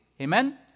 Amen